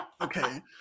Okay